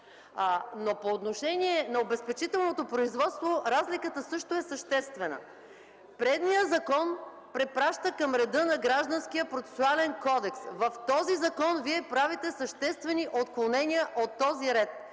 По отношение на обезпечителното производство разликата също е съществена. Предният закон препраща към реда на Гражданскопроцесуалния кодекс. В този закон вие правите съществени отклонения от този ред.